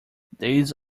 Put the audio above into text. these